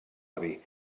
avi